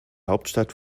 hauptstadt